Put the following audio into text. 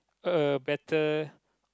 a better